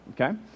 okay